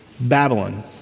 Babylon